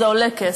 זה עולה כסף.